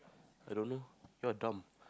I don't know you are dumb